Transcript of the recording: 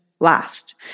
last